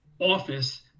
office